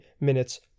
minutes